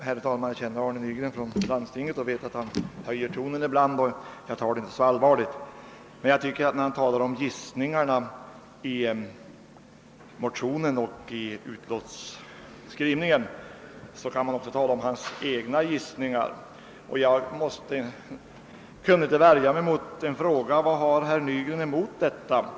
Herr talman! Jag känner Arne Nygren från landstinget och vet att han höjer tonen ibland. Jag tar det inte så allvarligt. Men när det talas om gissningar i motionen och utskottsskrivningen, kan man också tala om hans egna gissningar. Jag kunde inte värja mig mot en fråga: Vad har herr Nygren emot detta förslag?